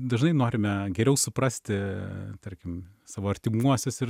dažnai norime geriau suprasti tarkim savo artimuosius ir